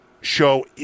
show